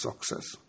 success